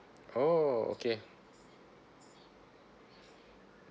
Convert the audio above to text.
oh okay